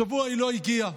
השבוע היא לא הגיעה,